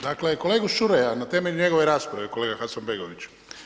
Dakle, kolegu Šuraja na temelju njegove rasprave kolega Hasanbegović.